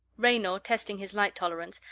raynor, testing his light tolerance,